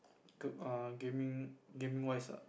to err gaming game wise